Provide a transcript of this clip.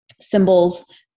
symbols